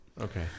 Okay